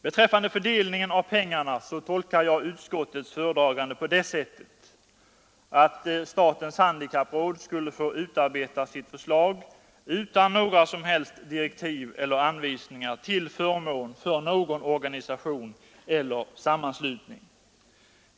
Beträffande fördelningen av pengarna tolkar jag utskottets talesman på det sättet att statens handikappråd skulle få utarbeta sitt förslag utan några som helst direktiv eller anvisningar till förmån för någon organisation eller sammanslutning.